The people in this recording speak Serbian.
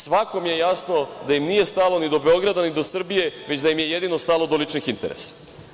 Svakom je jasno da im nije stalo ni do Beograda ni do Srbije, već da im je jedino stalo do ličnih interesa.